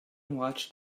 watched